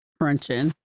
crunching